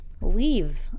leave